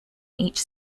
each